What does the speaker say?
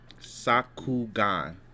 Sakugan